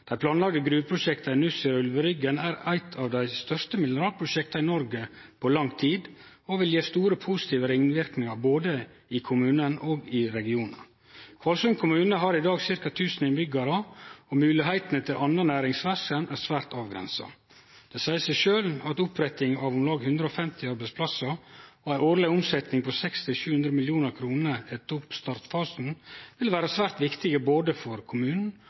planlagde gruveprosjektet i Nussir og Ulveryggen er eit av dei største mineralprosjekta i Noreg på lang tid og vil gje store positive ringverknader både i kommunen og i regionen. Kvalsund kommune har i dag ca. 1 000 innbyggjarar, og moglegheitene for anna næringsverksemd er svært avgrensa. Det seier seg sjølv at oppretting av om lag 150 arbeidsplassar og ei årleg omsetning på 600–700 mill. kr etter oppstartsfasen vil vere svært viktig for både kommunen